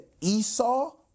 Esau